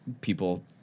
people